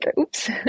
Oops